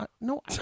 No